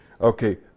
Okay